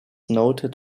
noted